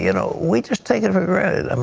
you know we just take it for granted. um